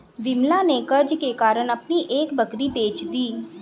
विमला ने कर्ज के कारण अपनी एक बकरी बेच दी